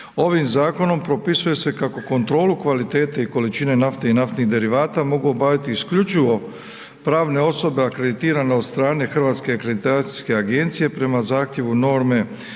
ovim zakonom propisuje se kako kontrolu kvalitete i količine nafte i naftnih derivata mogu obaviti isključivo pravne osobe akreditirane od strane Hrvatske akreditacijske agencije prema zahtjevu norme